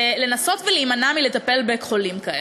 לנסות להימנע בחולים כאלה.